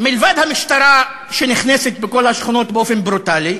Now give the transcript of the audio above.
מלבד המשטרה, שנכנסת בכל השכונות באופן ברוטלי,